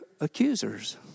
accusers